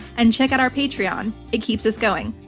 and check out our patreon. it keeps us going.